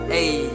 Hey